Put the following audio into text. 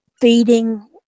feeding